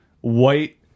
white